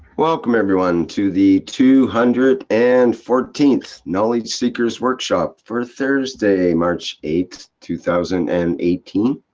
welcome everyone to the two hundred and fourteenth knowledge seekers workshop for thursday, march eighth, two thousand and eighteen.